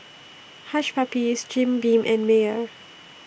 Hush Puppies Jim Beam and Mayer